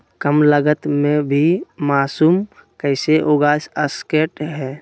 कम लगत मे भी मासूम कैसे उगा स्केट है?